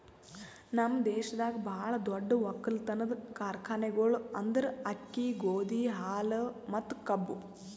ನಮ್ ದೇಶದಾಗ್ ಭಾಳ ದೊಡ್ಡ ಒಕ್ಕಲತನದ್ ಕಾರ್ಖಾನೆಗೊಳ್ ಅಂದುರ್ ಅಕ್ಕಿ, ಗೋದಿ, ಹಾಲು ಮತ್ತ ಕಬ್ಬು